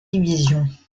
divisions